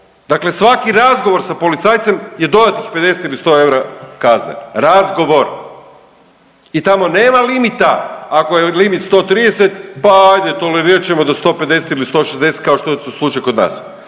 Dakle, svaki razgovor sa policajcem je dodatnih 50 ili 100 eura kazne, razgovor. I tamo nema limita ako je limit 130 pa ajde tolerirat ćemo do 150 ili 160 kao što je to slučaj kod nas.